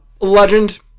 Legend